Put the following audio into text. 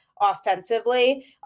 offensively